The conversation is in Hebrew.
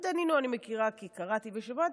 את דנינו אני מכירה כי קראתי ושמעתי,